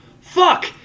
Fuck